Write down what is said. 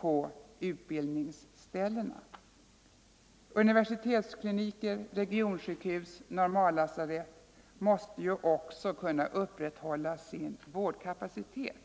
på utbildningsställena. Universitetskliniker, regionsjukhus och normallasarett måste ju också kunna upprätthålla sin vårdkapacitet.